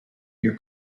near